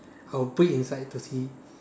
I'll put it inside to see